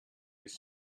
has